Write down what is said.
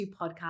podcast